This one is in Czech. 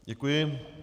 Děkuji.